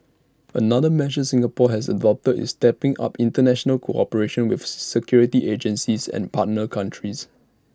another measure Singapore has adopted is stepping up International cooperation with security agencies and partner countries